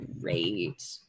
great